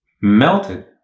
melted